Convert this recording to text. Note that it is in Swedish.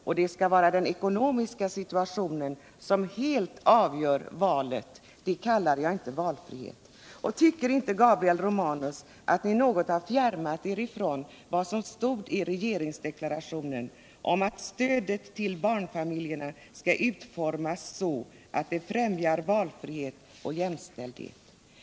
Det skall inte vara den ekonomiska situationen som helt avgör valet — det kallar jag inte valfrihet. Tycker inte Gabriel Romanus att ni något har fjärmat er från det som står i regeringsdeklarationen om att stödet till barnfamiljerna skall utformas så, att det främjar valfrihet och jämställdhet?